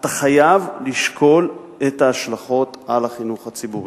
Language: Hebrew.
אתה חייב לשקול את ההשלכות על החינוך הציבורי.